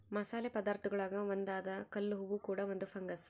ಮಸಾಲೆ ಪದಾರ್ಥಗುಳಾಗ ಒಂದಾದ ಕಲ್ಲುವ್ವ ಕೂಡ ಒಂದು ಫಂಗಸ್